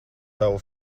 tavu